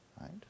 Right